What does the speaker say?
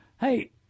Hey